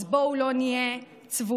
אז בואו לא נהיה צבועים.